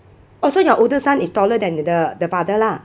oh so your older son is taller than the the father lah